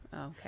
okay